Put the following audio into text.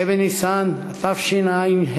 ה' בניסן התשע"ה,